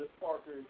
Parker